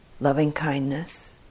loving-kindness